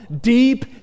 deep